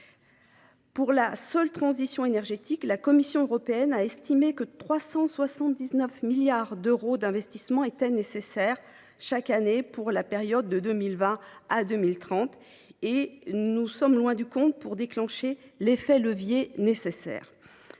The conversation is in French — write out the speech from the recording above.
Pour la seule transition énergétique, la Commission européenne a estimé que 379 milliards d’euros d’investissements étaient nécessaires chaque année pour la période courant de 2020 à 2030. Or nous sommes loin du compte si nous voulons déclencher l’effet de levier nécessaire.